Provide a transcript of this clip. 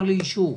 לאישור?